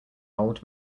old